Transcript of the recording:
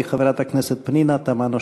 חברת הכנסת פנינה תמנו-שטה.